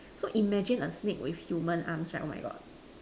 so imagine a snake with human arms right oh my God